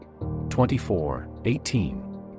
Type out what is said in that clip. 24.18